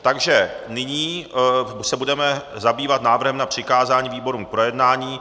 Takže nyní se budeme zabývat návrhem na přikázání výborům k projednání.